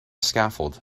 scaffold